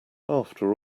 after